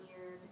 weird